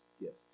gift